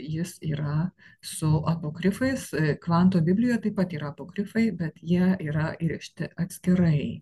jis yra su apokrifais kvanto biblijoj taip pat yra apokrifai bet jie yra įrėžti atskirai